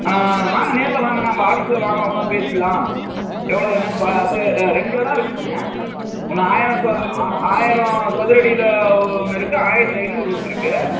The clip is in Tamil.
வாங்க நேர்ல வாங்க நம்ம ஆஃபீஸ்ல வாங்க உட்காந்து பேசிக்கலாம் எவ்வளோ என்னன்னு பார்த்து ஆ ரெண்டு இடம் இருக்குதுங்க ஒன்று ஆயிரம் ச ஆ ஆயிரம் சதுரடியில ஒன்று இருக்குது ஆயிரத்தி ஐந்நூறு ஒன்று இருக்குது